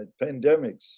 pandemics